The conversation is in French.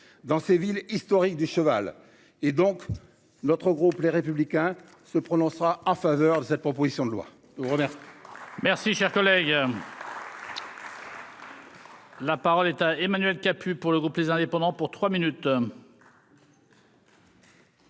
dans ces villes historiques du cheval et donc notre groupe les Républicains se prononcera en faveur de cette proposition de loi